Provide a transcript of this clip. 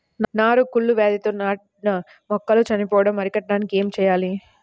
నారు కుళ్ళు వ్యాధితో నాటిన మొక్కలు చనిపోవడం అరికట్టడానికి ఏమి చేయాలి?